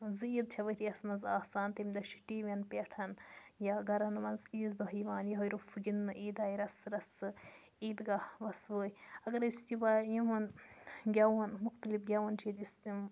زٕ عیٖدٕ چھےٚ ؤرۍ یَس منٛز آسان تمہِ دۄہ چھِ ٹی وی یَن پٮ۪ٹھ یا گَرَن منٛز عیٖذ دۄہ یِوان یوٚہَے روٚپھ گِنٛدنہٕ عیٖد آے رَسہٕ رَسہٕ عیٖد گاہ وَسہٕ وٲے اگر أسۍ یہِ وا یِہُنٛد گٮ۪وُن مختلف گٮ۪وُن چھُ ییٚتہِ یُس تِم